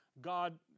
God